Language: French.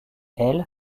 elle